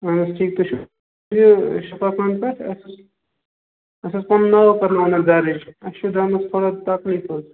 اہن حظ ٹھیٖک تُہۍ چھِو یہِ شفا خانہٕ پٮ۪ٹھ اَسہِ اوس پَنُن ناو کَرناوُن حظ درٕج اَسہِ چھُ دَنٛدَس تھوڑا تکلیٖف حظ